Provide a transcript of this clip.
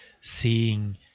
seeing